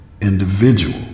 individual